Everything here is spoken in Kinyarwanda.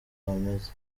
bameze